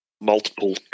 multiple